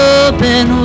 open